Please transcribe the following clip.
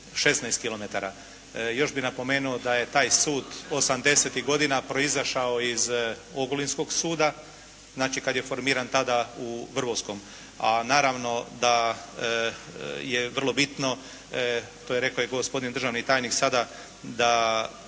Još bih napomenuo da je taj sud osamdesetih godina proizašao iz ogulinskog suda, znači kad je formiran tada u Vrbovskom a naravno da je vrlo bitno, to je rekao i gospodin državni tajnik sada, da